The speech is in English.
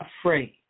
afraid